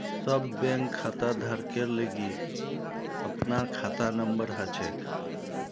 सब बैंक खाताधारकेर लिगी अपनार खाता नंबर हछेक